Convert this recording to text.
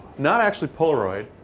not actually polaroid.